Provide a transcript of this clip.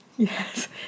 Yes